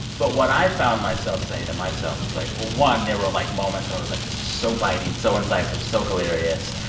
but what i found myself saying to myself was like, well, one, there were, like, moments that i was like, this is so biting, so incisive, so hilarious.